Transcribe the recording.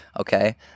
okay